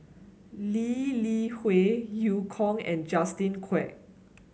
Lee Li Hui Eu Kong and Justin Quek